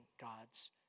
God's